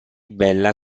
bella